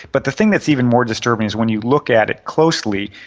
but the thing that is even more disturbing is when you look at it closely,